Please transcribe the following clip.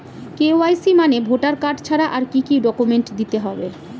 KYC মানে voter card ছাড়া আর কি কি ডকুমেন্ট দিতে হবে?